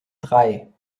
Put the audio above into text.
drei